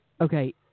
okay